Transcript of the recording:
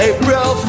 April